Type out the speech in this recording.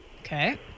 Okay